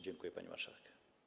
Dziękuję, pani marszałek.